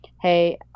Hey